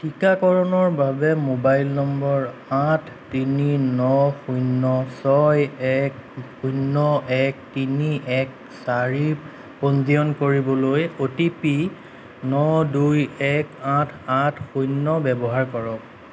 টীকাকৰণৰ বাবে mobile number আঠ তিনি ন শূন্য ছয় এক শূন্য এক তিনি এক চাৰি পঞ্জীয়ন কৰিবলৈ অ' টি পি ন দুই এক আঠ আঠ শূন্য ব্যৱহাৰ কৰক